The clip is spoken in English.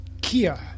Kia